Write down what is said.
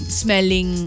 smelling